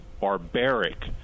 Barbaric